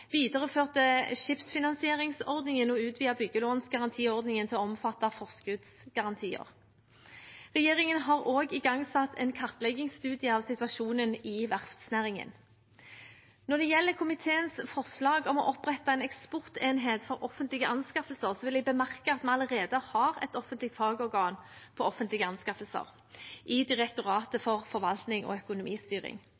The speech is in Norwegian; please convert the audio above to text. videreførte skipsfinansieringsordningen og utvidet byggelånsgarantiordningen til å omfatte forskuddsgarantier. Regjeringen har også igangsatt en kartleggingsstudie av situasjonen i verftsnæringen. Når det gjelder komiteens forslag om å opprette en eksportenhet for offentlige anskaffelser, vil jeg bemerke at vi allerede har et offentlig fagorgan for offentlige anskaffelser i Direktoratet